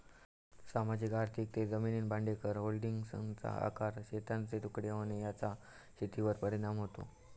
सामाजिक आर्थिक ते जमीन भाडेकरार, होल्डिंग्सचा आकार, शेतांचे तुकडे होणे याचा शेतीवर परिणाम होतो